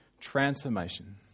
transformation